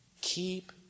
Keep